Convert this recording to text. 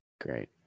Great